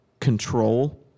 control